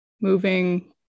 moving